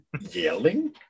Yelling